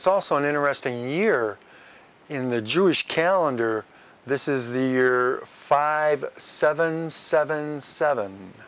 it's also an interesting year in the jewish calendar this is the five seven seven seven